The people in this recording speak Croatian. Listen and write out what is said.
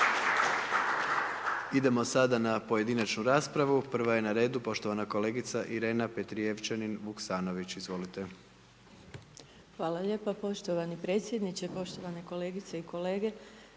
Idemo sada na pojedinačnu raspravu, prva je na redu poštovana kolegica Irena Petrijevčanin Vuksanović, izvolite. **Petrijevčanin Vuksanović, Irena (HDZ)** Hvala lijepo poštovan predsjedniče, poštovane kolegice i kolege.